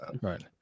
right